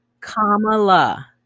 Kamala